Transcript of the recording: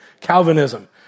Calvinism